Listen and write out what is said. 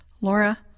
Laura